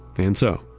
and so,